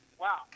wow